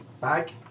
bag